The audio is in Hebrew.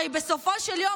הרי בסופו של יום,